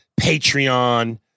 Patreon